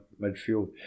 midfield